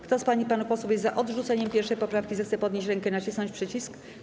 Kto z pań i panów posłów jest za odrzuceniem 1. poprawki, zechce podnieść rękę i nacisnąć przycisk.